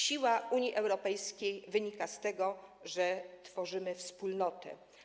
Siła Unii Europejskiej wynika z tego, że tworzymy wspólnotę.